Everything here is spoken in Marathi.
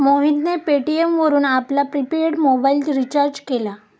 मोहितने पेटीएम वरून आपला प्रिपेड मोबाइल रिचार्ज केला